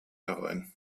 herein